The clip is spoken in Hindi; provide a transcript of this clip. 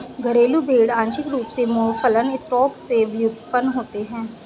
घरेलू भेड़ आंशिक रूप से मौफलन स्टॉक से व्युत्पन्न होते हैं